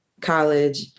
college